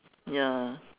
ya